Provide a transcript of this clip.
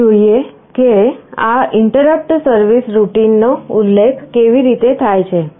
ચાલો જોઈએ કે આ ઇન્ટરપટ સર્વિસ રૂટિન નો ઉલ્લેખ કેવી રીતે થાય છે